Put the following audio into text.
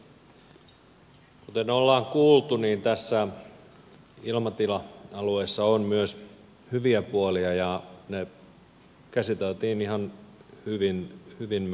kuten on kuultu tässä ilmatila alueessa on myös hyviä puolia ja ne käsiteltiin ihan hyvin meidän valiokunnassa